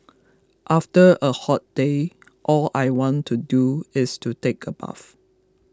after a hot day all I want to do is to take a bath